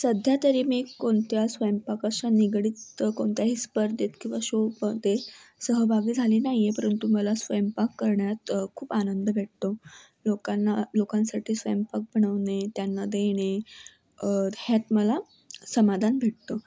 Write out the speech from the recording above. सध्या तरी मी कोणत्या स्वयंपाकाशी निगडीत कोणत्याही स्पर्धेत किंवा शोमध्ये सहभागी झाली नाही आहे परंतु मला स्वयंपाक करण्यात खूप आनंद भेटतो लोकांना लोकांसाठी स्वयंपाक बनवणे त्यांना देणे ह्यात मला समाधान भेटतो